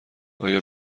آیا